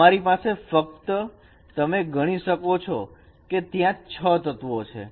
તમારી પાસે ફક્ત તમે જ ગણી શકો છો કે ત્યાં 6 તત્વો છે